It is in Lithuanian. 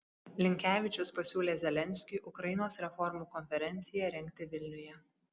linkevičius pasiūlė zelenskiui ukrainos reformų konferenciją rengti vilniuje